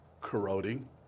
corroding